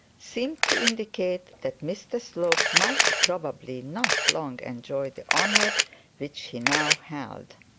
seemed to indicate that mr slope might probably not long enjoy the honour which he now held.